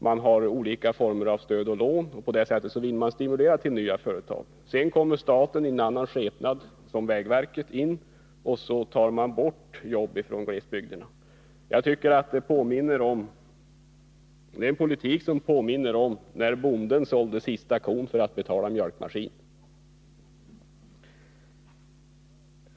Man har olika former av stöd och lån, och på det sättet vill man stimulera nya företag. Sedan kommer staten i annan skepnad — som vägverket — och tar bort jobb från glesbygderna. Det är en politik som påminner om historien om bonden som sålde sista kon för att betala mjölkmaskinen.